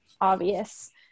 obvious